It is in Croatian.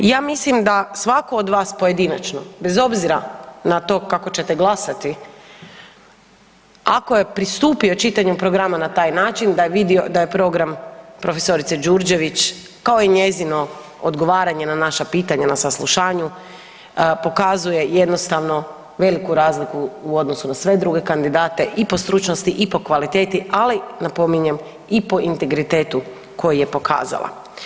Ja mislim da svatko od vas pojedinačno bez obzira na to kako ćete glasati, ako je pristupio čitanju programa na taj način da je vidio je program prof. Đurđević kao i njezino odgovaranje na naša pitanja na saslušanju pokazuje jednostavno veliku razliku u odnosu na sve druge kandidate i po stručnosti i po kvaliteti, ali napominjem i po integritetu koji je pokazala.